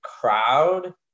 crowd